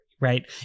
right